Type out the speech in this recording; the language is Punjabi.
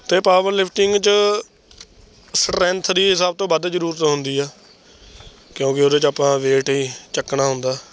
ਅਤੇ ਪਾਵਰਲਿਫਟਿੰਗ 'ਚ ਸਟਰੈਂਥ ਦੀ ਸਭ ਤੋਂ ਵੱਧ ਜ਼ਰੂਰਤ ਹੁੰਦੀ ਆ ਕਿਉਂਕਿ ਉਹਦੇ 'ਚ ਆਪਾਂ ਵੇਟ ਹੀ ਚੁੱਕਣਾ ਹੁੰਦਾ